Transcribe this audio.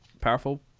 powerful